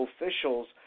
officials